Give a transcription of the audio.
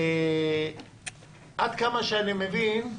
עד כמה שאני מבין,